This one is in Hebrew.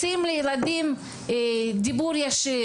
מציעים לילדים דיבור ישיר,